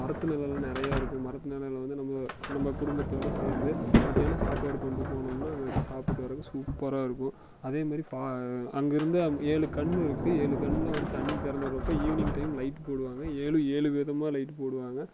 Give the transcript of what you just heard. மரத்து நிழல் நிறையாருக்கும் மரத்து நிழல் வந்து நம்ம குடும்பத்தோட சேர்ந்து மதியானம் சாப்பாடு கொண்டு போனோம்னா அங்கே வச்சு சாப்பிட்டு வர்றது சூப்பராக இருக்கும் அதே மாதிரி ஃபா அங்கே இருந்து ஏழு கண்ணுருக்கு ஏழு கண்ணு வந்து தண்ணி திறந்து விட்றப்போ ஈவினிங் டைம் லைட்டு போடுவாங்க ஏழும் ஏழு விதமாக லைட்டு போடுவாங்க